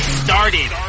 started